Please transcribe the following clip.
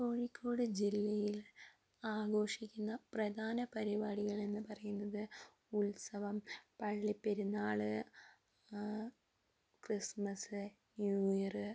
കോഴിക്കോട് ജില്ലയിൽ ആഘോഷിക്കുന്ന പ്രധാന പരിപാടികൾ എന്ന് പറയുന്നത് ഉത്സവം പള്ളിപ്പെരുന്നാൾ ക്രിസ്മസ് ന്യൂ ഇയർ